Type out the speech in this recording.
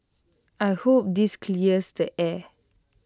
I hope this clears the air